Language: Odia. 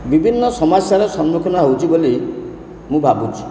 ବିଭିନ୍ନ ସମସ୍ୟାର ସମ୍ମୁଖୀନ ହେଉଛି ବୋଲି ମୁଁ ଭାବୁଛି